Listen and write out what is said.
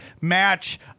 match